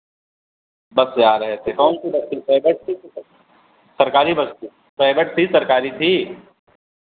बस से जा रहे थे कौन सी बस प्राइवेट से की सरकारी बस से प्राइवेट थी सरकारी थी